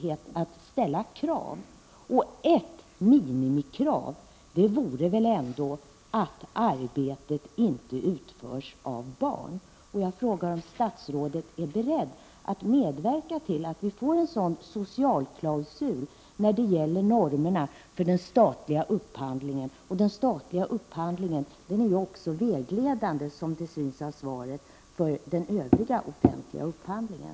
Ett minimikrav vore väl ändå att arbetet inte får utföras av barn. Jag vill fråga om statsrådet är beredd att medverka till att vi får en socialklausul när det gäller normerna för den statliga upphandlingen. Som framgår av svaret är den statliga upphandlingen också vägledande för den övriga offentliga upphandlingen.